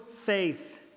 faith